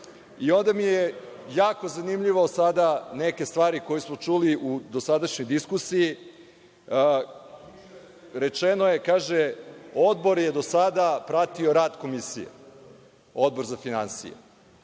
mi je jako zanimljivo sada, neke stvari koje smo čuli u dosadašnjoj diskusiji, rečeno je – Odbor je do sada pratio rad Komisije, Odbor za finansije.